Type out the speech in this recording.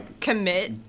Commit